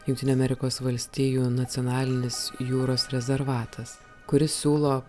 jungtinių amerikos valstijų nacionalinis jūros rezervatas kuris siūlo